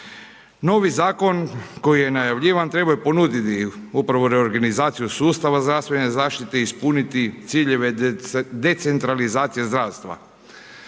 Novi Zakon koji je najavljivan trebao je ponuditi upravo reorganizaciju sustava zdravstvene zaštite, ispuniti ciljeve decentralizacije zdravstva.